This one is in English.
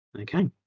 Okay